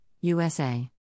USA